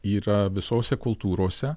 yra visose kultūrose